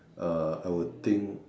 uh I would think